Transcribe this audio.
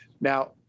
Now